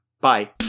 bye